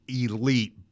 elite